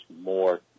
more